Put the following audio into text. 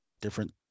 different